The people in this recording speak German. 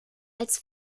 als